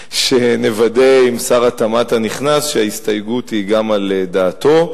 שנוודא עם שר התמ"ת הנכנס שההסתייגות היא גם על דעתו,